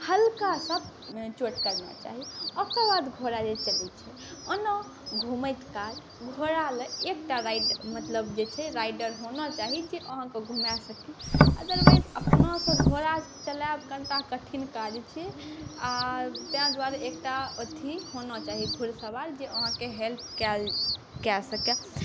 हल्का सा चोट करना चाही ओकर बाद घोड़ा जे चलै छै ओना घुमैतकाल घोड़ालए एकटा राइडर मतलब जे छै घुमैलए एकटा राइडर होना चाही जे अहाँके घुमा सकै अदरवाइज अपनासँ घोड़ा चलाएब कनिटा कठिन काज छै आओर ताहि दुआरे एकटा अथी होना चाही घोड़सवार जे अहाँके हेल्प कऽ सकै